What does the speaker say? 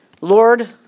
Lord